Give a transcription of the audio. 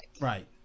Right